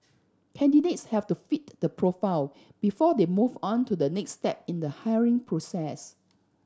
candidates have to fit the profile before they move on to the next step in the hiring process